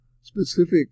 specific